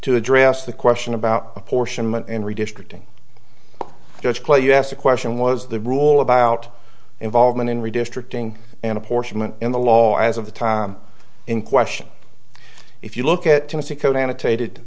to address the question about apportionment and redistricting judge clay you asked the question was the rule about involvement in redistricting and apportionment in the law as of the time in question if you look at tennessee code annotated